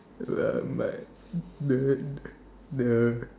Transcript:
the the